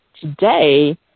Today